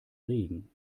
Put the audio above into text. regen